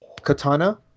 katana